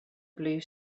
blue